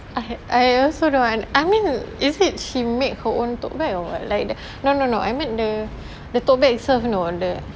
I I also don't un~ I mean is it she make her own tote bag or what like no no no I meant the tote bag itself you know the